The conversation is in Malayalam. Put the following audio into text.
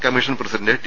commission president T